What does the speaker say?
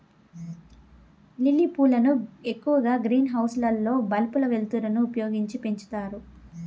lily పూలను ఎక్కువగా green house లలో బల్బుల వెలుతురును ఉపయోగించి పెంచుతారు